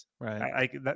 Right